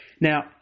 Now